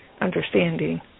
understanding